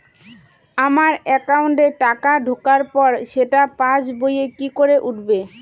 আমার একাউন্টে টাকা ঢোকার পর সেটা পাসবইয়ে কি করে উঠবে?